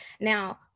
Now